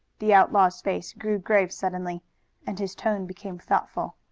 the outlaw's face grew grave suddenly and his tone became thoughtful.